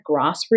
grassroots